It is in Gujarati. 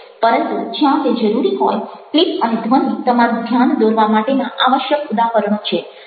પરંતુ જ્યાં તે જરૂરી હોય ક્લિપ અને ધ્વનિ તમારું ધ્યાન દોરવા માટેના આવશ્યક ઉદાહરણો છે